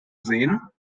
sehen